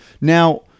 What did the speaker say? Now